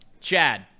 Chad